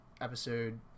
episode